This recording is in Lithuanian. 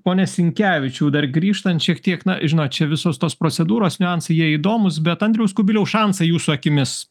pone sinkevičiau dar grįžtant šiek tiek na žinot fia visos tos procedūros niuansai jie įdomūs bet andriaus kubiliaus šansai jūsų akimis